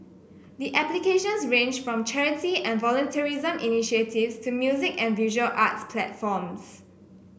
the applications ranged from charity and volunteerism initiatives to music and visual arts platforms